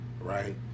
right